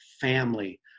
family